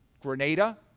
Grenada